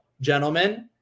gentlemen